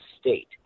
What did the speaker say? state